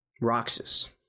Roxas